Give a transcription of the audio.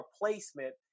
replacement